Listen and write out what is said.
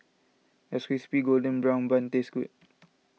does Crispy Golden Brown Bun taste good